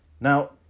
Now